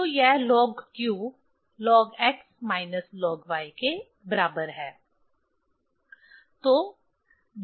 तो यह log q log x minus log y के बराबर है